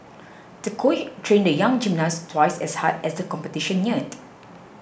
the coach trained the young gymnast twice as hard as the competition neared